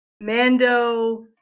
Mando